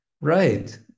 Right